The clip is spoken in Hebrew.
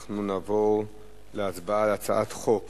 נעבור להצבעה על הצעת חוק